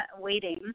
Waiting